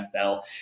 NFL